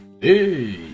Hey